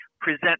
present